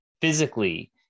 physically